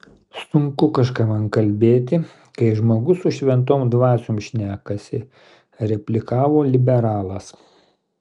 sunku kažką man kalbėti kai žmogus su šventom dvasiom šnekasi replikavo liberalas